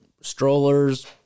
strollers